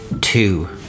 two